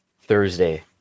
Thursday